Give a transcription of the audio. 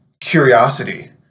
curiosity